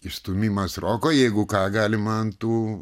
išstūmimas roko jeigu ką galima ant tų